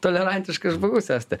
tolerantiškas žmogus esate